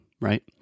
right